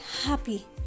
happy